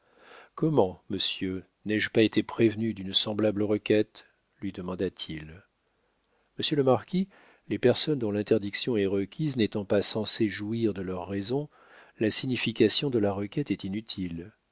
comment monsieur n'ai-je pas été prévenu d'une semblable requête lui demanda-t-il monsieur le marquis les personnes dont l'interdiction est requise n'étant pas censées jouir de leur raison la signification de la requête est inutile